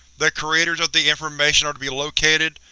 the creators of the information are to be located,